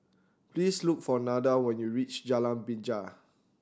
please look for Nada when you reach Jalan Binja